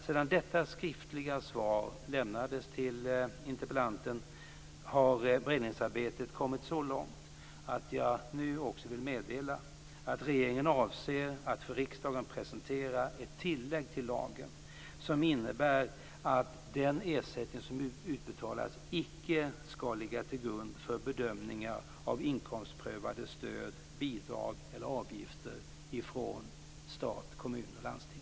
Sedan detta skriftliga svar lämnades till interpellanten har beredningsarbetet kommit så långt att jag nu också vill meddela att regeringen avser att för riksdagen presentera ett tillägg till lagen som innebär att den ersättning som utbetalas icke skall ligga till grund för bedömningar av inkomstprövade stöd, bidrag eller avgifter från stat, kommun och landsting.